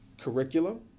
curriculum